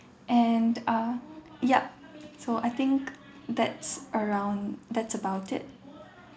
and uh yup so I think that's around that's about it